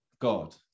god